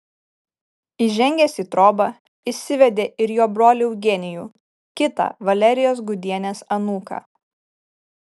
įžengęs į trobą išsivedė ir jo brolį eugenijų kitą valerijos gudienės anūką